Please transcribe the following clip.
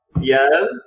Yes